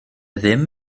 ddim